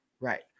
right